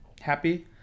Happy